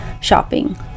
shopping